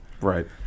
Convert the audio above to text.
Right